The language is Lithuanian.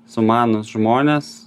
sumanūs žmonės